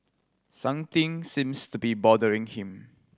something seems to be bothering him